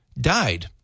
died